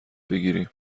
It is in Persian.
بگیریم